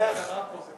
לא, זה קרה פה.